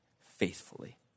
faithfully